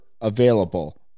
available